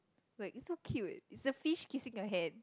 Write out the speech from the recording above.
like so cute it's the fish kissing your hand